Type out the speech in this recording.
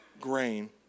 grain